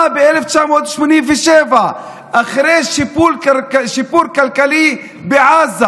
ב-1987 הייתה אחרי שיפור כלכלי בעזה.